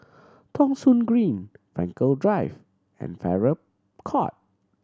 Thong Soon Green Frankel Drive and Farrer Court